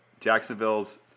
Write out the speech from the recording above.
Jacksonville's